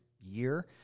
year